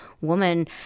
woman